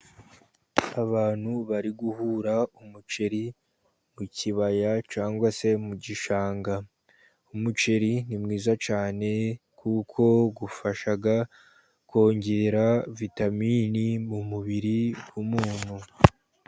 Abantu bari guhura umuceri mu kibaya ,cyangwa se mu gishanga, umuceri ni mwiza cyane, kuko ufasha kongera vitamini mu mubiri w'umuntu.